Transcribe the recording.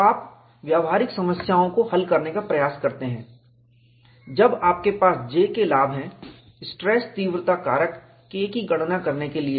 तो आप व्यावहारिक समस्याओं को हल करने का प्रयास कर सकते हैं जब आपके पास J के लाभ हैं स्ट्रेस तीव्रता कारक K की गणना करने के लिए